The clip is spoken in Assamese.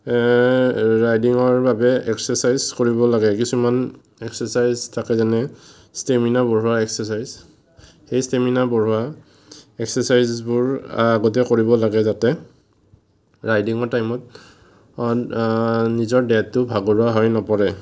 ৰাইডিংৰ বাবে এক্সেচাইজ কৰিব লাগে কিছুমান এক্সেচাইজ থাকে যেনে ষ্টেমিনা বঢ়োৱা এক্সেচাইজ সেই ষ্টেমিনা বঢ়োৱা এক্সেচাইজবোৰ আগতে কৰিব লাগে যাতে ৰাইডিঙৰ টাইমত নিজৰ দেহটো ভাগৰুৱা হৈ নপৰে